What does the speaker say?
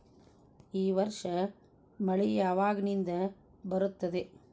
ಈ ವರ್ಷ ಮಳಿ ಯಾವಾಗಿನಿಂದ ಬರುತ್ತದೆ?